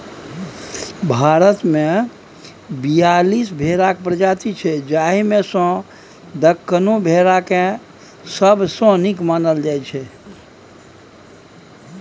भारतमे बीयालीस भेराक प्रजाति छै जाहि मे सँ दक्कनी भेराकेँ सबसँ नीक मानल जाइ छै